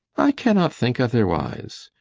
i cannot think otherwise.